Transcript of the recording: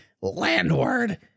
landward